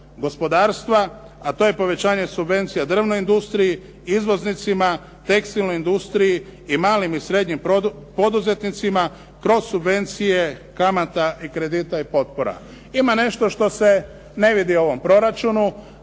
gospodarstva, a to je povećanje subvencija drvnoj industriji, izvoznicima, tekstilnoj industriji i malim i srednjim poduzetnicima, kroz subvencije kamata i kredita i potpora. Ima nešto što se ne vidi u ovom proračunu